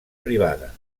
privada